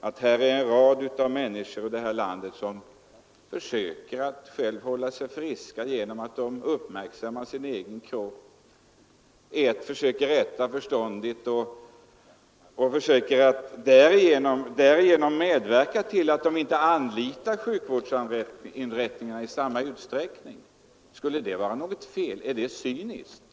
Det finns en rad människor här i landet som försöker att själva hålla sig friska genom att uppmärksamma sin egen kropp och äta förståndigt och som därigenom slipper anlita sjukvårdsinrättningarna i samma utsträckning som andra. Skulle det vara något fel? Är det cyniskt?